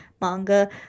manga